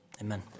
Amen